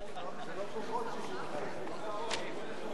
הצעת סיעות מרצ-העבודה להביע אי-אמון בממשלה לא נתקבלה.